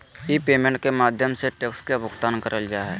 ई payment के माध्यम से टैक्स के भुगतान करल जा हय